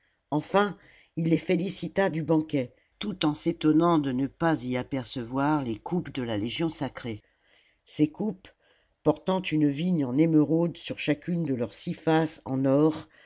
enfin il les félicita du banquet tout en s'étonnant de n'y pas apercevoir les coupes de la légion sacrée ces coupes portant une vigne en émeraude sur chacune de leurs six faces en or